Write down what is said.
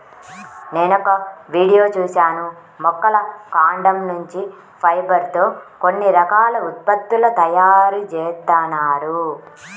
నేనొక వీడియో చూశాను మొక్కల కాండం నుంచి ఫైబర్ తో కొన్ని రకాల ఉత్పత్తుల తయారీ జేత్తన్నారు